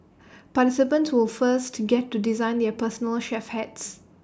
participants will first to get to design their personal chef hats